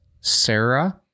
Sarah